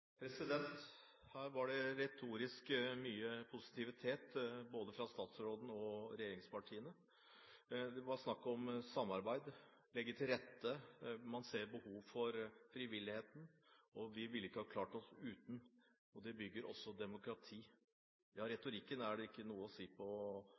replikkordskifte. Her var det retorisk mye positivitet fra både statsråden og regjeringspartiene. Det var snakk om samarbeid, om å legge til rette, man ser behov for frivilligheten, vi ville ikke ha klart oss uten, og frivilligheten bygger også